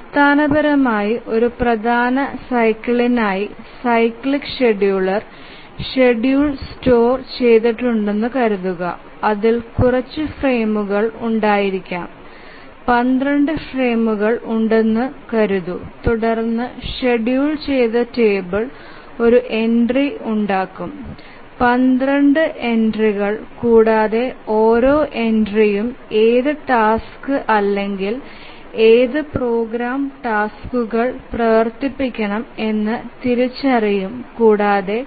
അടിസ്ഥാനപരമായി ഒരു പ്രധാന സൈക്കിളിനായി സൈക്ലിക് ഷെഡ്യൂളർ ഷേഡ്യൂൽ സ്റ്റോർ ചെയ്തിട്ടുണ്ട്നു കരുതുക അതിൽ കുറച്ച് ഫ്രെയിമുകൾ ഉണ്ടായിരിക്കാം 12 ഫ്രെയിമുകൾ ഉണ്ടെന്നു കരുത്തു തുടർന്ന് ഷെഡ്യൂൾ ചെയ്ത ടേബിൾ ഒരു എൻട്രി ഉണ്ടാകും 12 എൻട്രികൾ കൂടാതെ ഓരോ എൻട്രിയും ഏത് ടാസ്ക് അല്ലെങ്കിൽ ഏത് പ്രോഗ്രാം ടാസ്ക്കുകൾ പ്രവർത്തിപ്പിക്കണം എന്ന് തിരിച്ചറിയും കൂടാതെ